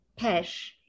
Pesh